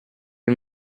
can